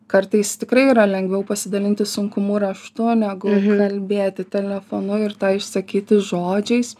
kartais tikrai yra lengviau pasidalinti sunkumu raštu negu kalbėti telefonu ir tą išsakyti žodžiais